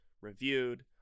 reviewed